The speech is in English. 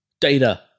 data